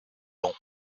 long